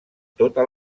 tota